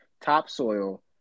topsoil